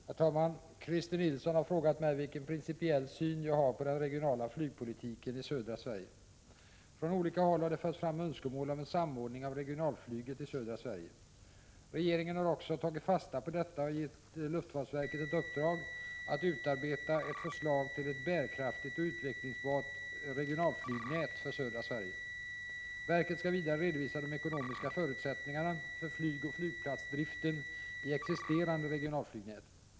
Herr talman! Christer Nilsson har frågat mig vilken principiell syn jag har på den regionala flygpolitiken i södra Sverige. Från olika håll har det förts fram önskemål om en samordning av regionalflyget i södra Sverige. Regeringen har också tagit fasta på detta och givit luftfartsverket ett uppdrag att utarbeta ett förslag till ett bärkraftigt och utvecklingsbart regionalflygnät för södra Sverige. Verket skall vidare redovisa de ekonomiska förutsättningarna för flygoch flygplatsdriften i existerande regionalflygnät.